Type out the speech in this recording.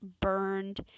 burned